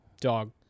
dog